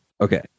Okay